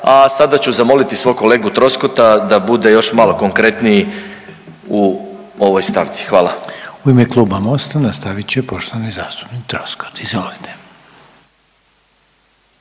a sada ću zamoliti svog kolegu Troskota da bude još malo konkretniji u ovoj stavci. Hvala. **Reiner, Željko (HDZ)** U ime kluba MOST-a nastavit će poštovani zastupnik Troskot, izvolite.